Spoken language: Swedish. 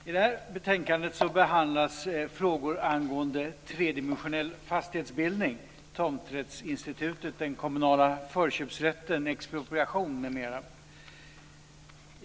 Herr talman! I det här betänkandet behandlas frågor angående tredimensionell fastighetsbildning, tomträttsinstitutet, den kommunala förköpsrätten, expropriation m.m.